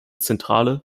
zentrale